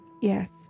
Yes